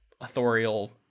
authorial